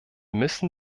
müssen